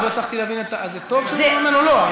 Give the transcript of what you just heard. לא הצלחתי להבין, אז זה טוב שהוא מממן או לא?